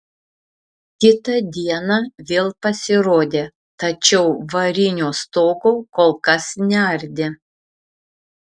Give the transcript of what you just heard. kitą dieną vėl pasirodė tačiau varinio stogo kol kas neardė